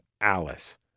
Alice